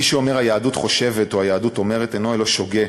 מי שאומר "היהדות חושבת" או "היהדות אומרת" אינו אלא שוגה,